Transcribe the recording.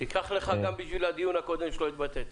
גם בשביל הדיון הקודם שלא התבטאת.